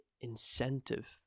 incentive